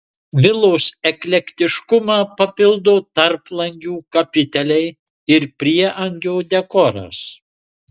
vilos eklektiškumą papildo tarplangių kapiteliai ir prieangio dekoras